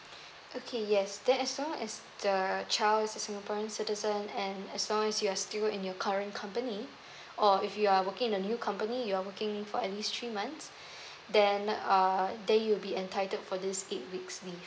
okay yes then as long as the child is a singaporean citizen and as long as you're still in your current company or if you are working in the new company you're working for at least three months then uh then you'll be entitled for this eight weeks leave